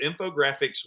infographics